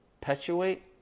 perpetuate